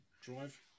drive